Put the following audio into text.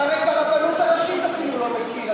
אתה הרי ברבנות הראשית אפילו לא מכיר,